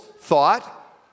thought